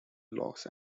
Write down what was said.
los